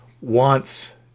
wants